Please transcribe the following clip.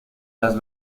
las